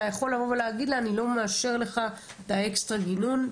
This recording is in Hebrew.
אתה יכול לבוא ולהגיד לה אני לא מאשר לך את האקסטרה גינון,